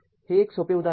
हे एक सोपे उदाहरण आहे